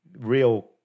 real